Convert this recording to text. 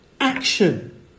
action